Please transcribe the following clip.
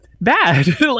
bad